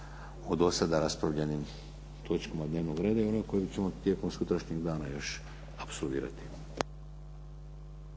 o do sada raspravljenim točkama dnevnog reda i one o kojima ćemo tijekom sutrašnjeg dana još apsolvirati.